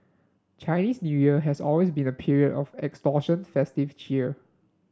Chinese New Year has always been a period of extortion festive cheer